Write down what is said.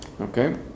Okay